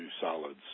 solids